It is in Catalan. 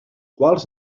quals